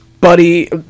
Buddy